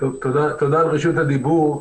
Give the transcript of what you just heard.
תודה על רשות הדיבור.